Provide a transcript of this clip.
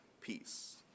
peace